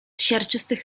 siarczystych